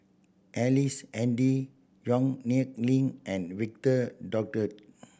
Ellice Handy Yong Nyuk Lin and Victor Doggett